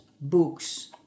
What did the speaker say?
books